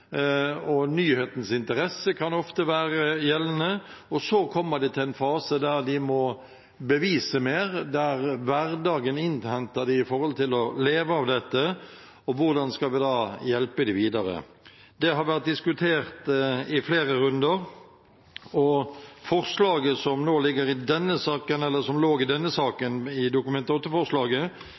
og nyhetens interesse kan ofte være gjeldende, og så kommer de til en fase der de må bevise mer, der hverdagen innhenter dem med hensyn til å leve av dette. Hvordan skal vi da hjelpe dem videre? Det har vært diskutert i flere runder, og forslaget som nå ligger i denne saken, eller som lå i Dokument 8-forslaget, var altså: «Stortinget ber regjeringen utrede hvordan en kunstnerassistentordning kan innføres og